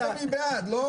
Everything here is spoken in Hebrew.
שאלת מי בעד, לא?